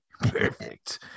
Perfect